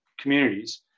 communities